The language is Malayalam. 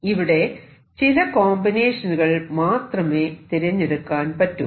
ഇവിടെ ചില കോമ്പിനേഷനുകൾ മാത്രമേ തിരഞ്ഞെടുക്കാൻ പറ്റൂ